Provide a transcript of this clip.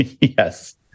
Yes